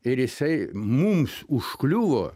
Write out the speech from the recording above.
ir jisai mums užkliuvo